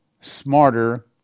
smarter